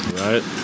right